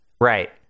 Right